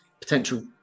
potential